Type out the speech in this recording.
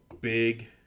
big